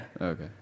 Okay